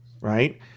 right